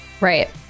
Right